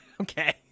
Okay